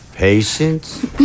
Patience